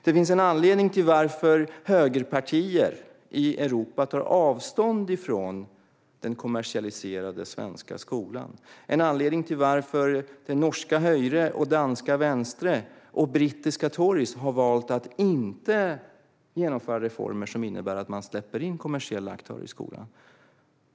Det finns en anledning till att högerpartier i Europa tar avstånd från den kommersialiserade svenska skolan, en anledning till att norska Høyre, danska Venstre och brittiska Tories har valt att inte genomföra reformer som innebär att man släpper in kommersiella aktörer i skolan.